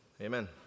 amen